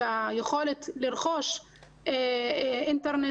היכולת לרכוש אינטרנט.